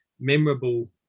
memorable